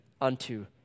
unto